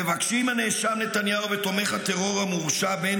מבקשים הנאשם נתניהו ותומך הטרור המורשע בן